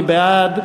מי בעד?